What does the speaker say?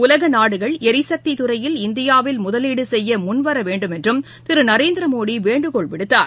உலகநாடுகள் எரிசக்திதுறையில் இந்தியாவில் முதலீடுசெய்யமுன்வரவேண்டும் என்றம் திருநரேந்திரமோடிவேண்டுகோள் விடுத்தார்